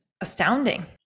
astounding